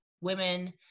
women